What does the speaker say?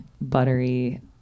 buttery